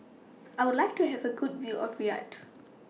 I Would like to Have A Good View of Riyadh